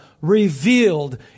revealed